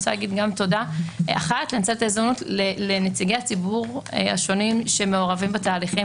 ואני רוצה להגיד תודה אחת לנציגי הציבור השונים שמעורבים בתהליכים,